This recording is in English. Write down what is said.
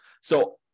So-